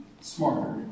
smarter